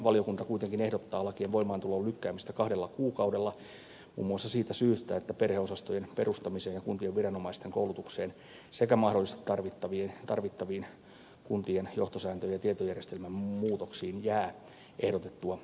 valiokunta kuitenkin ehdottaa lakien voimaantulon lykkäämistä kahdella kuukaudella muun muassa siitä syystä että perheosastojen perustamiseen ja kuntien viranomaisten koulutukseen sekä mahdollisesti tarvittaviin kuntien johtosääntö ja tietojärjestelmien muutoksiin jää ehdotettua enemmän aikaa